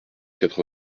quatre